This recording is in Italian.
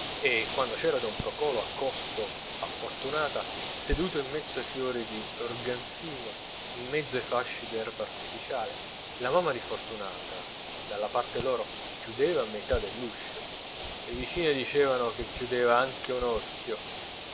e quando c'era don procolo accosto a fortunata seduto in mezzo ai fiori di organsino in mezzo ai fasci d'erba artificiale la mamma di fortunata dalla parte loro chiudeva metà dell'uscio le vicine dicevano che chiudeva anche un occhio